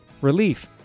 relief